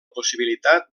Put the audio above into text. possibilitat